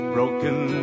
Broken